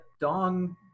dong